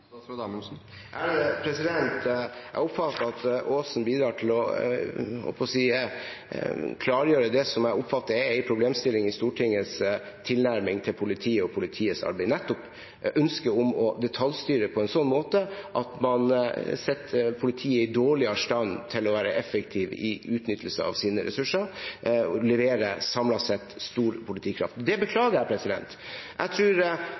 Jeg oppfatter at Aasen bidrar til – jeg holdt på å si å klargjøre det som jeg oppfatter er en problemstilling i Stortingets tilnærming til politiet og politiets arbeid, nettopp ønsket om å detaljstyre på en slik måte at man setter politiet i dårligere stand til å være effektiv i utnyttelse av sine ressurser og til å levere, samlet sett, stor politikraft. Det beklager jeg.